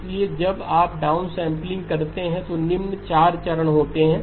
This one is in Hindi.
इसलिए जब आप डाउनसमलिंग करते हैं तो निम्न 4 चरण होते हैं